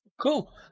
Cool